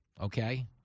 okay